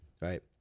right